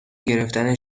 گرفتن